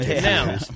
Now